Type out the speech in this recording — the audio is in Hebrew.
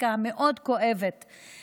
הסטטיסטיקה הכואבת מאוד,